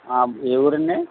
ఏ ఊరండి